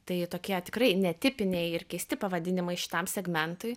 tai tokie tikrai netipiniai ir keisti pavadinimai šitam segmentui